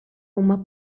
huma